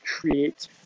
Create